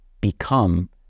become